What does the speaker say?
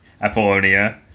Apollonia